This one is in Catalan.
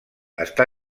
està